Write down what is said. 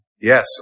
Yes